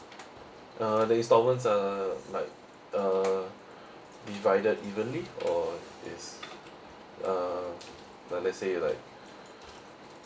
uh the installments are like uh divided evenly or is uh like let's say like